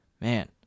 Man